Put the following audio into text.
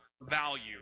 value